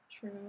True